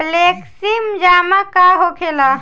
Flexi जमा का होखेला?